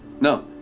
No